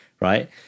right